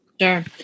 Sure